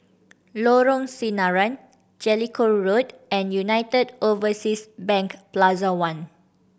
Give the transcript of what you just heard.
Lorong Sinaran Jellicoe Road and United Overseas Bank Plaza One